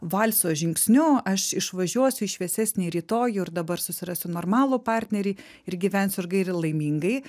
valso žingsniu aš išvažiuosiu į šviesesnį rytojų ir dabar susirasiu normalų partnerį ir gyvensiu ilgai ir laimingai